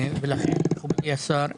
לכן אדוני השר,